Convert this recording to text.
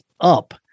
up